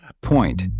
Point